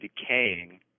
decaying